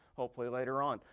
hopefully later on.